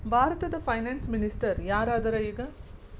ಭಾರತದ finance minister ಯಾರ್ ಅದರ ಈಗ?